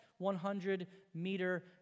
100-meter